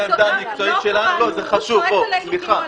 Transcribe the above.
באופניים רגילים לא עושים שינוי מבני.